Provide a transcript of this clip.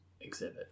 exhibit